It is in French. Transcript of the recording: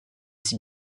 aussi